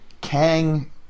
Kang